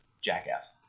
jackass